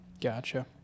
Gotcha